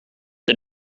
the